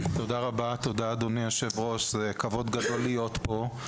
תודה, אדוני היושב ראש, כבוד גדול להיות פה,